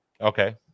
Okay